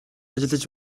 ажиллаж